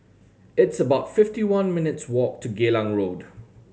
it's about fifty one minutes' walk to Geylang Road